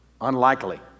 Unlikely